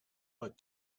but